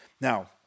Now